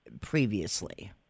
previously